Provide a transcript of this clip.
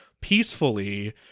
peacefully